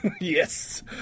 yes